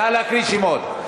נא להקריא שמות.